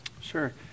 Sure